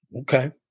Okay